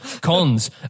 Cons